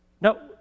No